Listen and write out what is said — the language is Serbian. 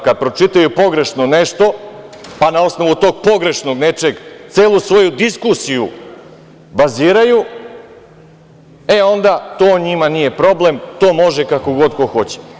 Kad pročitaju pogrešno nešto, pa na osnovu tog pogrešnog nečeg celu svoju diskusiju baziraju, onda to njima nije problem, to može kako god ko hoće.